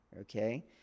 Okay